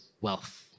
wealth